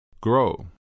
grow